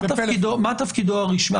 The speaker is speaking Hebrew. מה תפקידו הרשמי?